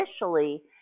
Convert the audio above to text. initially